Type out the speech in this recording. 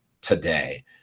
today